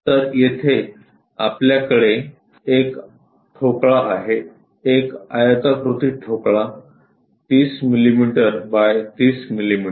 तर येथे आपल्याकडे एक ठोकळा आहे एक आयताकृती ठोकळा 30 मिमी बाय 30 मिमी